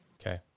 Okay